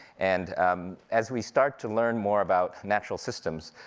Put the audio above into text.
and um as we start to learn more about natural systems,